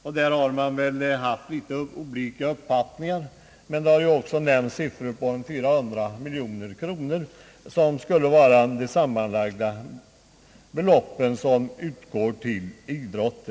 Man har väl haft olika uppfattningar, men 400 miljoner kronor har nämnts som det sammanlagda beloppet.